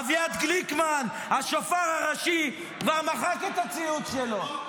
אביעד גליקמן, השופר הראשי, כבר מחק את הציוץ שלו.